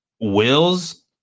Wills